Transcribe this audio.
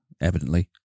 evidently